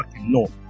no